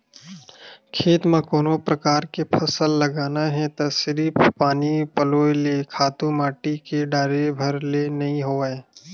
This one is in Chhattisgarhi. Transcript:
खेत म कोनो परकार के फसल लगाना हे त सिरिफ पानी पलोय ले, खातू माटी के डारे भर ले नइ होवय